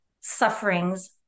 sufferings